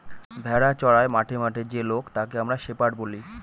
ভেড়া চোরাই মাঠে মাঠে যে লোক তাকে আমরা শেপার্ড বলি